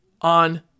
on